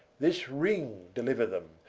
this ring deliuer them,